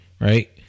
right